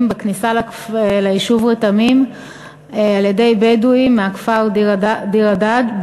בכניסה ליישוב רתמים על-ידי בדואים מהכפר ביר-הדאג'